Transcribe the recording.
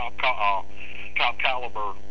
top-caliber